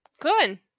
Good